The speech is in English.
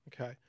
Okay